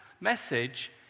message